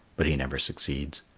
but he never succeeds.